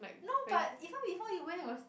no but even before you went it was